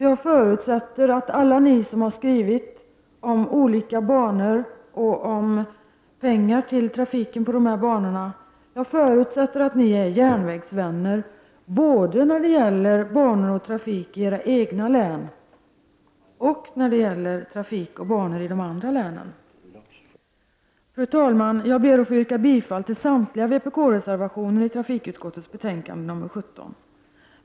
Jag förutsätter att alla ni som har skrivit motioner om olika banor och pengar till trafiken på dem, är järnvägsvänner, både när det gäller banor i era egna län och i andras. Fru talman! Jag ber att få yrka bifall till samtliga vpk-reservationer i trafikutskottets betänkande nr 17.